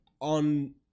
on